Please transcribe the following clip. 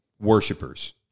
Worshippers